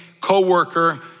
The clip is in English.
co-worker